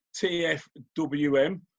TFWM